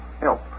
help